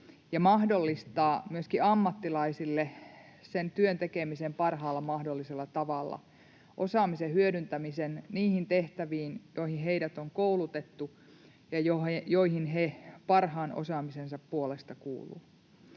mahdollistaa myöskin ammattilaisille sen työn tekemisen parhaalla mahdollisella tavalla, osaamisen hyödyntämisen niihin tehtäviin, joihin heidät on koulutettu ja joihin he parhaan osaamisensa puolesta kuuluvat.